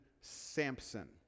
Samson